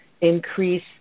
increase